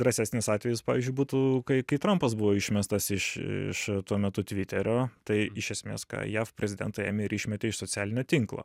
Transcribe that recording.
drąsesnis atvejis pavyzdžiui būtų kai kai trampas buvo išmestas iš iš tuo metu tviterio tai iš esmės ką jav prezidentui ėmė ir išmetė iš socialinio tinklo